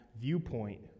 viewpoint